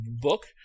book